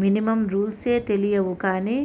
minimum రూల్సే తెలియవు కానీ